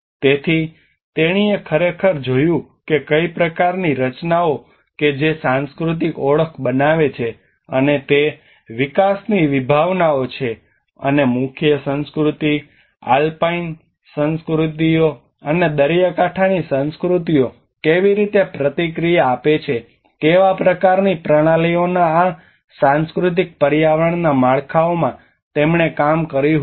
તેથી તેણીએ ખરેખર જોયું કે કઇ પ્રકારની રચનાઓ કે જે સાંસ્કૃતિક ઓળખ બનાવે છે અને તે વિકાસની વિભાવનાઓ છે અને મુખ્ય સંસ્કૃતિ આલ્પાઇન સંસ્કૃતિઓ અને દરિયાકાંઠાની સંસ્કૃતિઓ કેવી રીતે પ્રતિક્રિયા આપે છે કેવા પ્રકારની પ્રણાલીઓના આ સાંસ્કૃતિક પર્યાવરણના માળખામાં તેમણે કામ કર્યું હતું